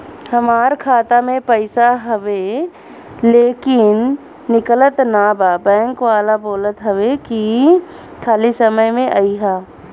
हमार खाता में पैसा हवुवे लेकिन निकलत ना बा बैंक वाला बोलत हऊवे की खाली समय में अईहा